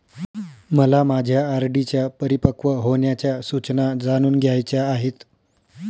मला माझ्या आर.डी च्या परिपक्व होण्याच्या सूचना जाणून घ्यायच्या आहेत